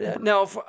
Now